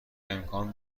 امکان